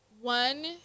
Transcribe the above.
One